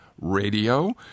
Radio